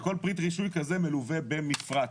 כל פריט רישוי כזה מלווה במפרט.